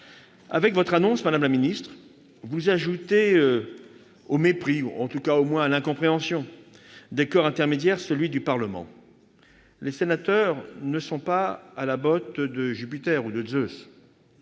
avec votre annonce, vous ajoutez au mépris, en tout cas à l'incompréhension, des corps intermédiaires le mépris du Parlement. Les sénateurs ne sont pas à la botte de Jupiter ou de Zeus.